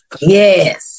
Yes